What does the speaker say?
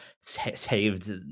saved